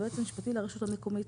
היועץ המשפטי לרשות המקומית,